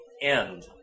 end